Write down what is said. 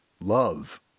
love